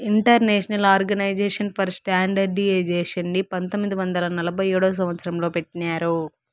international organisation for స్టాండర్డయిజేషన్ని పంతొమ్మిది వందల నలభై ఏడవ సంవచ్చరం లో పెట్టినారు